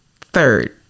third